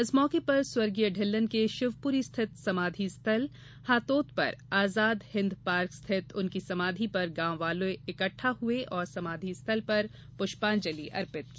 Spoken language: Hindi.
इस मौके पर स्वर्गीय ढ़िल्लन के शिवपुरी स्थित समाधि स्थल हातोद पर आजाद हिंद पार्क स्थित उनकी समाधि पर गांववाले इकट्ठा हुए और समाथि स्थल पर पुष्पांजलि अर्पित की